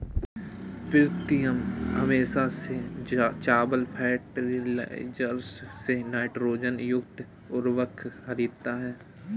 प्रीतम हमेशा से चंबल फर्टिलाइजर्स से नाइट्रोजन युक्त उर्वरक खरीदता हैं